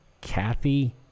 Kathy